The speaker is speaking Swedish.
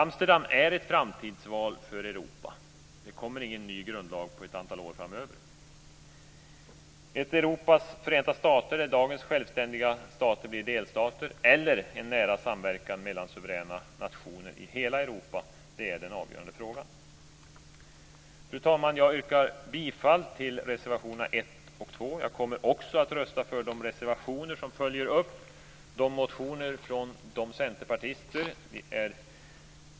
Amsterdam är ett framtidsval för Europa. Det kommer ingen ny grundlag på ett antal år framöver. Skall vi ha ett Europas förenta stater där dagens självständiga stater blir delstater eller en nära samverkan mellan suveräna nationer i hela Europa? Det är den avgörande frågan. Fru talman! Jag yrkar bifall till reservationerna 1 och 2. Jag kommer också att rösta för de reservationer som följer upp motioner från centerpartister.